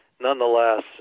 nonetheless